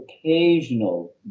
occasional